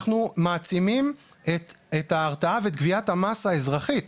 אנחנו מעצימים את ההרתעה ואת גביית המס האזרחית.